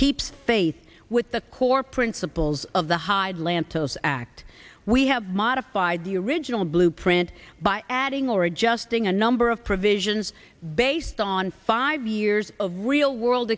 keep faith with the core principles of the hyde lantos act we have modified the original blueprint by adding or adjusting a number of provisions based on five years of real world